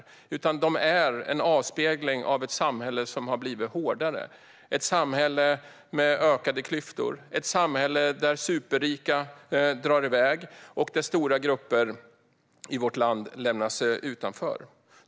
Jag tror att de är en avspegling av ett samhälle som har blivit hårdare, ett samhälle med ökade klyftor, ett samhälle där superrika drar iväg och där stora grupper i vårt land lämnas utanför.